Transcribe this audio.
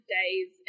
days